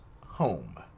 home